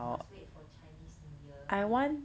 must wait for chinese new year did